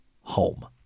home